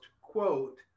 quote